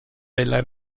della